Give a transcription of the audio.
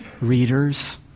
readers